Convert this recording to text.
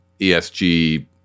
ESG